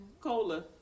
cola